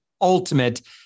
ultimate